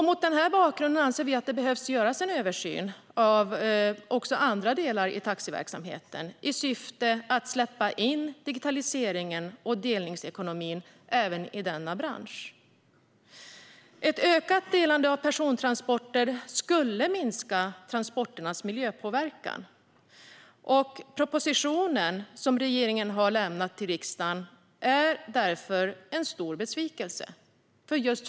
Mot denna bakgrund anser vi att det behöver göras en översyn av också andra delar i taxiverksamheten i syfte att släppa in digitaliseringen och delningsekonomin även i denna bransch. Ett ökat delande av persontransporter skulle minska transporternas miljöpåverkan. Propositionen som regeringen har överlämnat till riksdagen är därför en stor besvikelse.